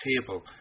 table